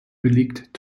belegt